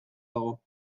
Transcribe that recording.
dago